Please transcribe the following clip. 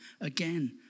again